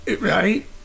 Right